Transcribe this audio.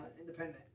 independent